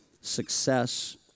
Success